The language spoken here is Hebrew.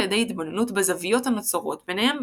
ידי התבוננות בזויות הנוצרות ביניהם,